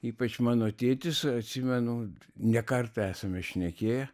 ypač mano tėtis atsimenu ne kartą esame šnekėję